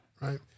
right